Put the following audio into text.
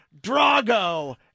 Drago